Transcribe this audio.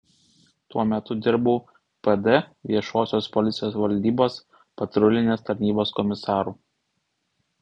tuo metu dirbau pd viešosios policijos valdybos patrulinės tarnybos komisaru